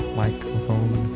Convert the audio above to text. microphone